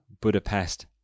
Budapest